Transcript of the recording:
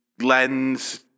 lens